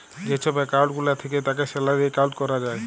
যে ছব একাউল্ট গুলা থ্যাকে তাকে স্যালারি একাউল্ট ক্যরা যায়